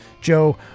Joe